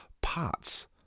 parts